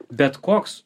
bet koks